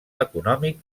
econòmic